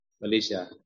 Malaysia